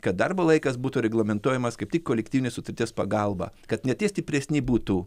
kad darbo laikas būtų reglamentuojamas kaip tik kolektyvinės sutarties pagalba kad ne tie stipresni būtų